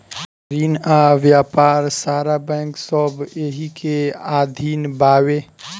रिन आ व्यापार सारा बैंक सब एही के अधीन बावे